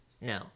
No